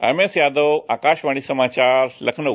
MS Yadav Akashvani समाचार लखनऊ